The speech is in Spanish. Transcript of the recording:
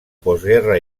posguerra